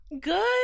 Good